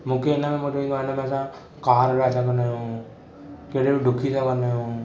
मूंखे हिन में मज़ो ईन्दो आहे हिन में असां कार बि हलाए सघन्दा आहियूं केॾांहुं बि ॾुकी सघन्दा आहियूं